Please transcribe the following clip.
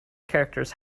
characters